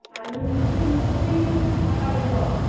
আর মিস্ত্রি মিস্ত্রি পাঠাবেন কখন